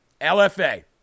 LFA